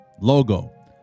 logo